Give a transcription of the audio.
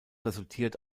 resultiert